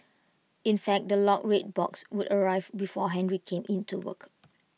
in fact the locked red box would arrive before Henry came in to work